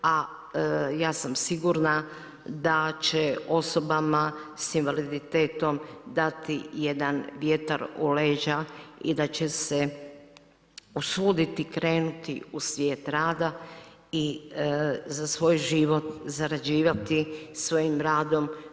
A ja sam sigurna da će osobama s invaliditetom dati jedan vjetar u leđa i da će se usuditi krenuti u svijet rada i za svoj život zarađivati svojim radom.